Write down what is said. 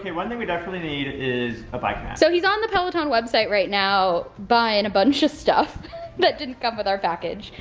one thing we definitely need is a bike pass. so he's on the peloton website right now buying a bunch of stuff that didn't come with our package.